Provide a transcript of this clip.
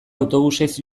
autobusez